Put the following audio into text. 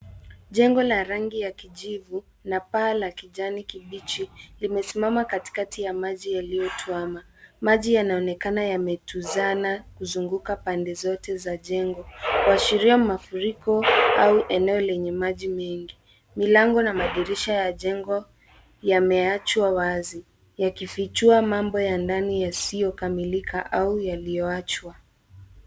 Jengo la rangi ya kijivu na paa la kijani kibichi limesimama katikati ya maji yaliyotwama. Maji yanaonekana yametuzana kuzunguka pande zote za jengo kuashiria mafuriko au eneo lenye maji mengi. Milango na madirisha ya jengo yamewachwa wazi yakifichua mambo ya ndani yasiyokamilika au yaliowachwa.